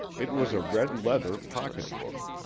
it was a red-leather pocketbook.